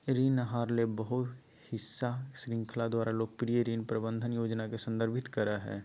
ऋण आहार ले बहु हिस्सा श्रृंखला द्वारा लोकप्रिय ऋण प्रबंधन योजना के संदर्भित करय हइ